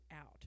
out